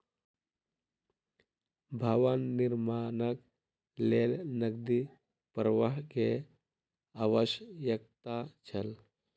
भवन निर्माणक लेल नकदी प्रवाह के आवश्यकता छल